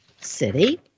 City